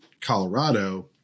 Colorado